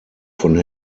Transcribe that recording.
von